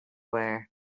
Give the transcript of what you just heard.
wear